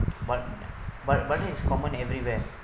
but but but it's common everywhere